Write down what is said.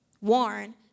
warn